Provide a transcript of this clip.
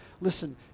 Listen